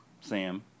Sam